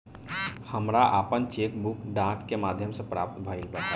हमरा आपन cheque book डाक के माध्यम से प्राप्त भइल ह